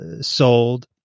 sold